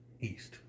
East